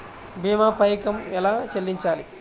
భీమా పైకం ఎలా చెల్లించాలి?